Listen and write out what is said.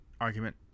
argument